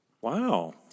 Wow